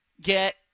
get